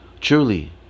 Truly